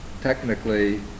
technically